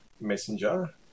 Messenger